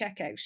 checkout